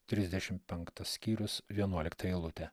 trisdešimt penktas skyrius vienuolikta eilutė